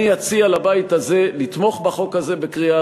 אני אציע לבית הזה לתמוך בחוק הזה בקריאה